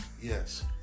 Yes